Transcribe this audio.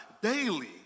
daily